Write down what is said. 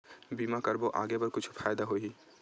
बीमा करबो आगे बर कुछु फ़ायदा होही?